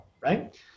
right